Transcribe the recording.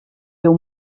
feu